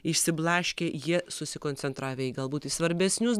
išsiblaškę jie susikoncentravę į galbūt į svarbesnius